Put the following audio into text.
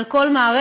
על כל מערכת,